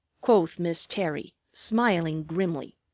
quoth miss terry, smiling grimly.